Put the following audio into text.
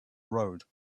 road